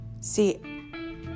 See